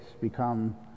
become